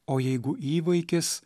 o jeigu įvaikis